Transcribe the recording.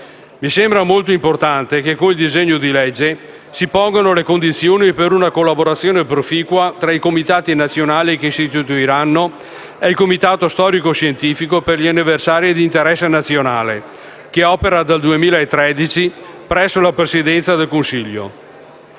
Mi sembra molto importante che con il disegno di legge al nostro esame si pongano le condizioni per una collaborazione proficua tra i comitati nazionali che si istituiranno e il comitato storico-scientifico per gli anniversari di interesse nazionale, che opera dal 2013 presso la Presidenza del Consiglio.